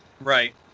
right